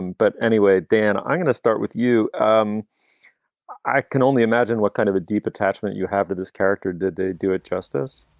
but anyway, dan, i'm going to start with you. um i can only imagine what kind of deep attachment you have to this character. did they do it justice?